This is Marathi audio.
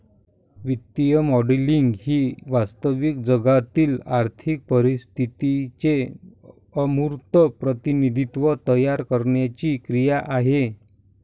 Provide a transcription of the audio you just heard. वित्तीय मॉडेलिंग ही वास्तविक जगातील आर्थिक परिस्थितीचे अमूर्त प्रतिनिधित्व तयार करण्याची क्रिया आहे